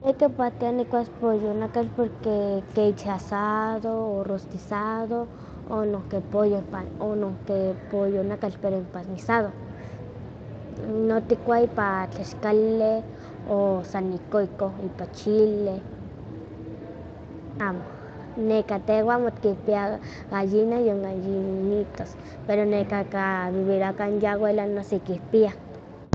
Neh kipaktia nikuas pollonakatl porque ke ich asado o rostizado o nohki pollo pa pollo nakatl pero empanizado, no tikua ipa tlaxkali o san ihko ihko ipan chile, amo tehwa amo tikinpia gallina yon gallinitas, pero neka kan nivivirowa kan ya awela no sí kinpiah.